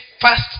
first